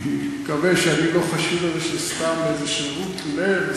אני מקווה שאני לא חשוד בזה שסתם באיזו שרירות לב,